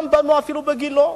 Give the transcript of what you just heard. גם בנו אפילו בגילה,